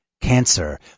Cancer